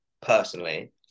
personally